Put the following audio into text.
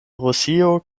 rusio